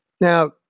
Now